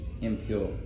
impure